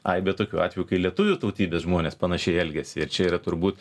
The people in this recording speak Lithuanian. aibę tokių atvejų kai lietuvių tautybės žmonės panašiai elgiasi ir čia yra turbūt